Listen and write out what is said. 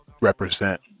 represent